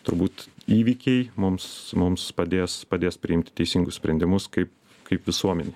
turbūt įvykiai mums mums padės padės priimti teisingus sprendimus kaip kaip visuomenei